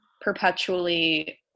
perpetually